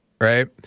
right